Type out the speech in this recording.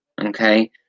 okay